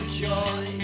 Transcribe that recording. joy